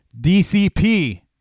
dcp